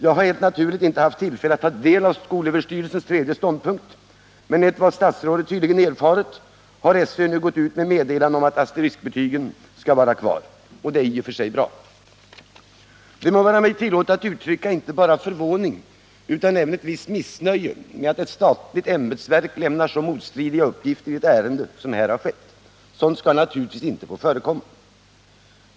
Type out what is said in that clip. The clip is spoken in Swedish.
Jag har helt naturligt ännu inte haft tillfälle att ta del av skolöverstyrelsens tredje ståndpunkt, men enligt vad statsrådet tydligen erfarit har SÖ nu gått ut med meddelande om att asteriskbetygen skall vara kvar. Detta är i och för sig bra. Det må vara mig tillåtet att uttrycka inte bara förvåning utan även ett visst missnöje med att ett statligt ämbetsverk lämnar så motstridiga uppgifter i ett ärende som här har skett. Sådant skall naturligtvis inte få förekomma.